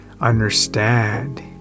understand